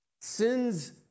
Sin's